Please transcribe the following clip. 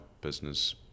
business